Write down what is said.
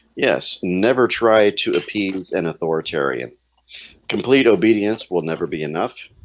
yes never try to appease an authoritarian complete obedience will never be enough.